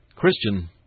Christian